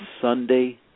Sunday